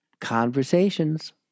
conversations